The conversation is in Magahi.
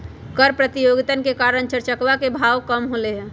कर प्रतियोगितवन के कारण चर चकवा के भाव कम होलय है